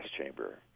chamber